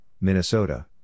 Minnesota